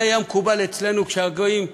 זה היה מקובל אצלנו כשהגויים,